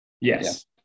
Yes